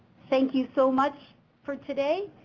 thank you so much for today,